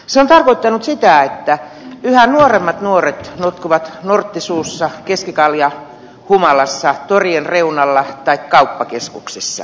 se on tarkoittanut sitä että yhä nuoremmat nuoret notkuvat nortti suussa keskikaljahumalassa torien reunalla tai kauppakeskuksissa